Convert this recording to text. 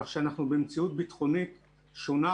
כך שאנחנו במציאות ביטחונית שונה,